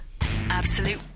Absolute